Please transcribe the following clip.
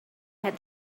had